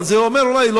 אבל זה אומר אולי,